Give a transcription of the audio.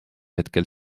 hetkel